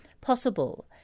possible